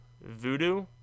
Voodoo